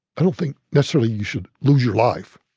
i don't think necessarily you should lose your life.